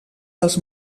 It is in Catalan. dels